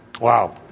Wow